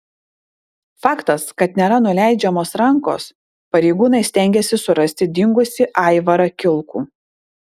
faktas kad nėra nuleidžiamos rankos pareigūnai stengiasi surasti dingusį aivarą kilkų